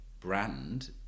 brand